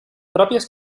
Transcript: pròpies